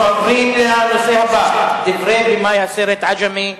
אנחנו עוברים לנושא הבא: דברי במאי הסרט "עג'מי"